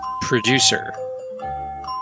Producer